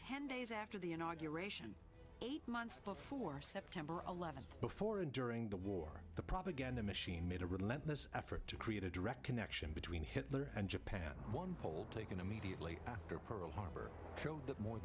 ten days after the inauguration eight months before september eleventh before and during the war the propaganda machine made a relentless effort to create a direct connection between hitler and japan one poll taken immediately after pearl harbor showed that more